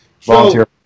volunteer